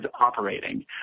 Operating